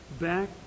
back